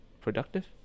productive